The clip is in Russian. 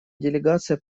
делегация